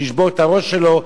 שישבור את הראש שלו,